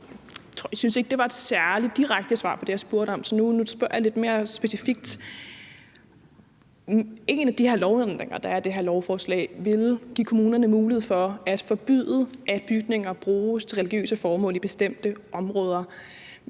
Jeg synes ikke, det var et særlig direkte svar på det, jeg spurgte om. Så nu spørger jeg lidt mere specifikt. En af de lovændringer, der er i det her lovforslag, vil give kommunerne mulighed for at forbyde, at bygninger bruges til religiøse formål i bestemte områder.